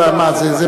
מה זה?